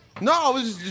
No